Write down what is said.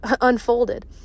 unfolded